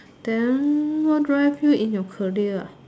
then what drive you in your career ah